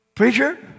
Preacher